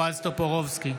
טופורובסקי,